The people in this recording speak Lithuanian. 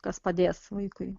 kas padės vaikui